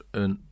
een